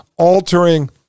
altering